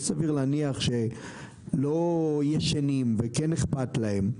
וסביר להניח שהם לא ישנים ואכפת להם,